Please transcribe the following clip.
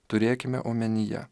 turėkime omenyje